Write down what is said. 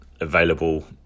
available